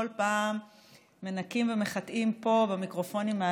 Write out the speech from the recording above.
כל פעם מנקים ומחטאים פה ובמיקרופונים מהצד.